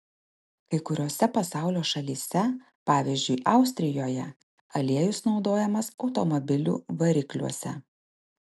kai kuriose pasaulio šalyse pavyzdžiui austrijoje aliejus naudojamas automobilių varikliuose